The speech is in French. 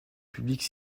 publique